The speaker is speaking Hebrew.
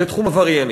לתחום עברייני.